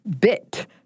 bit